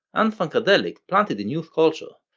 and funkadelic planted in youth culture,